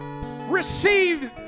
receive